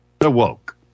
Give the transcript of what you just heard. awoke